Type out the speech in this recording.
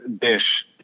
dish